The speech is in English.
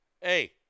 Hey